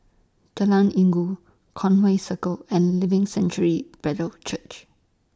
Jalan Inggu Conway Circle and Living Sanctuary Brethren Church